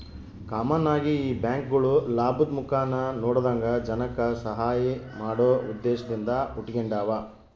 common ಆಗಿ ಈ ಬ್ಯಾಂಕ್ಗುಳು ಲಾಭುದ್ ಮುಖಾನ ನೋಡದಂಗ ಜನಕ್ಕ ಸಹಾಐ ಮಾಡೋ ಉದ್ದೇಶದಿಂದ ಹುಟಿಗೆಂಡಾವ